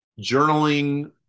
journaling